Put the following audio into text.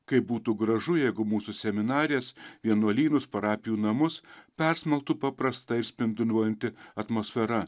kaip būtų gražu jeigu mūsų seminarijas vienuolynus parapijų namus persmelktų paprasta ir spinduliuojanti atmosfera